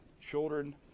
children